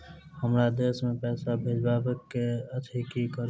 हमरा विदेश मे पैसा भेजबाक अछि की करू?